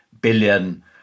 billion